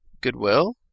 Goodwill